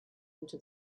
into